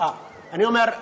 אני אומר,